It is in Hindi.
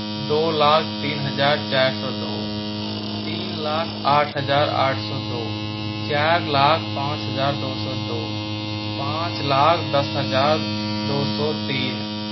दो लाख तीन हज़ार चार सौ दो तीन लाख आठ हज़ार आठ सौ दो चार लाख पाँच हज़ार दो सौ दो पाँच लाख दस हज़ार दो सौ तीन